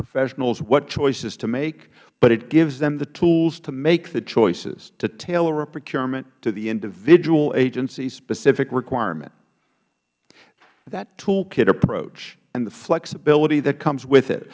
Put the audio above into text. professionals what choices to make but it gives them the tools to make the choices to tailor a procurement to the individual agency's specific requirement that toolkit approach and the flexibility that comes with it